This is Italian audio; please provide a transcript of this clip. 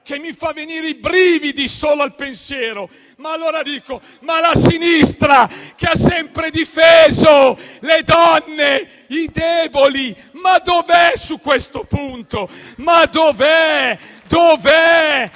che mi fa venire i brividi solo al pensiero. Mi domando: ma la sinistra, che ha sempre difeso le donne e i deboli, dov'è su questo punto? Dove sono